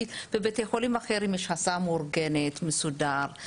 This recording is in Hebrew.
כי בבתי חולים אחרים יש הסעה מאורגנת מסודר,